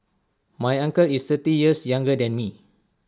my uncle is thirty years younger than me